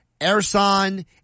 Ersan